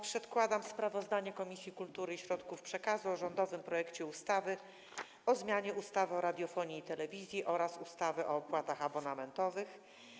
Przedkładam sprawozdanie Komisji Kultury i Środków Przekazu o rządowym projekcie ustawy o zmianie ustawy o radiofonii i telewizji oraz ustawy o opłatach abonamentowych.